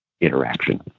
interaction